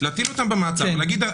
להטיל אותם במעצר ולהגיד,